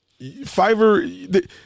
Fiverr